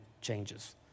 changes